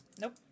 nope